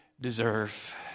deserve